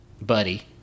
Buddy